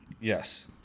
Yes